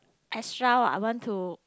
extra what I want to